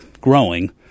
growing